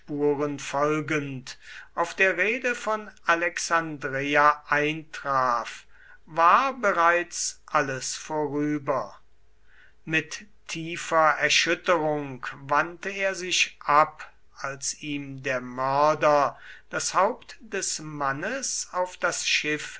folgend auf der reede von alexandreia eintraf war bereits alles vorüber mit tiefer erschütterung wandte er sich ab als ihm der mörder das haupt des mannes auf das schiff